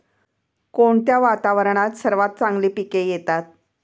कोणत्या वातावरणात सर्वात चांगली पिके येतात?